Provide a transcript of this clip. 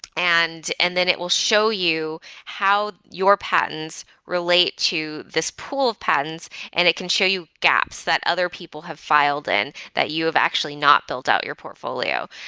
and and then it will show you how your patents relate to this pool of patents and it can show you gaps that other people have filed in that you have actually not built out your portfolio.